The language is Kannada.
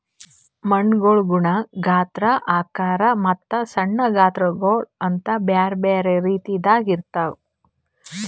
ಮಣ್ಣುಗೊಳ್ ಗುಣ, ಗಾತ್ರ, ಆಕಾರ ಮತ್ತ ಸಣ್ಣ ಗಾತ್ರಗೊಳ್ ಅಂತ್ ಬ್ಯಾರೆ ಬ್ಯಾರೆ ರೀತಿದಾಗ್ ಇರ್ತಾವ್